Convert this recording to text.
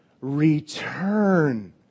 return